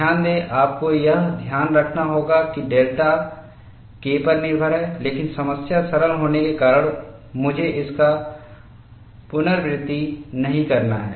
ध्यान दें आपको यह ध्यान रखना होगा कि डेल्टाK पर निर्भर है लेकिन समस्या सरल होने के कारण मुझे इसका पुनरावृत्ति नहीं करना है